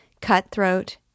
Cutthroat